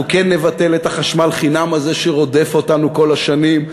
אנחנו כן נבטל את החשמל חינם הזה שרודף אותנו כל השנים.